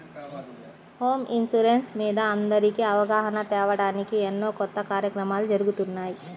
home insurance మీద అందరికీ అవగాహన తేవడానికి ఎన్నో కొత్త కార్యక్రమాలు జరుగుతున్నాయి